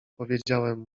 powiedziałem